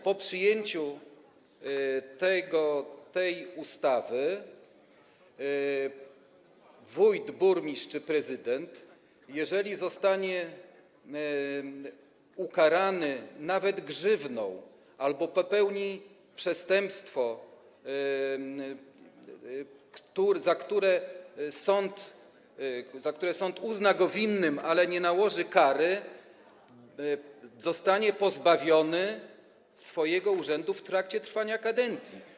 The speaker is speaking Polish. Po przyjęciu tej ustawy wójt, burmistrz czy prezydent, jeżeli zostanie ukarany nawet grzywną albo popełni przestępstwo, którego sąd uzna go winnym, ale nie nałoży kary, zostanie pozbawiony swojego urzędu w trakcie trwania kadencji.